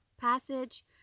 passage